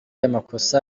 amakosa